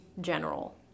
general